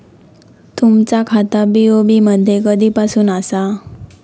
तुमचा खाता बी.ओ.बी मध्ये कधीपासून आसा?